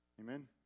Amen